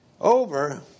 Over